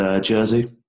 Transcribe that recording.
jersey